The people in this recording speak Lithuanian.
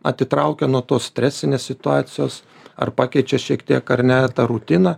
atitraukia nuo tos stresinės situacijos ar pakeičia šiek tiek ar ne tą rutiną